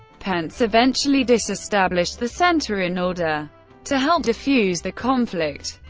pence eventually disestablished the center in order to help defuse the conflict.